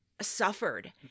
suffered